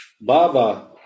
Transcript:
Baba